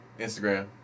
Instagram